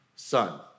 son